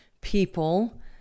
people